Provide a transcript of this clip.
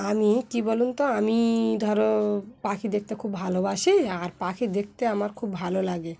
আমি কী বলুন তো আমি ধরো পাখি দেখতে খুব ভালোবাসি আর পাখি দেখতে আমার খুব ভালো লাগে